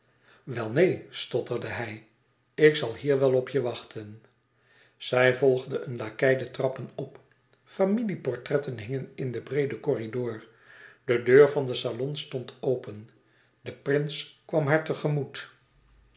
wel neen stotterde hij ik zal hier wel op je wachten zij volgde een lakei de trappen op familieportretten hingen in den breeden corridor de deur van den salon stond open de prins kwam haar